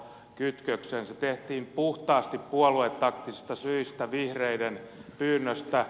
se tehtiin puhtaasti puoluetaktisista syistä vihreiden pyynnöstä